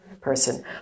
person